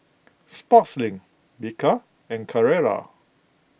Sportslink Bika and Carrera